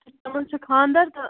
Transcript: تہٕ تِمن چھُ خاندر تہِ